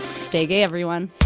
stay gay, everyone